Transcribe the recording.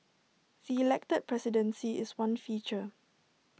the elected presidency is one feature